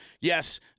Yes